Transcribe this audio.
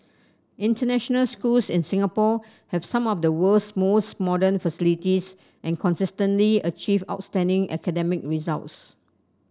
international schools in Singapore have some of the world's most modern facilities and consistently achieve outstanding academic results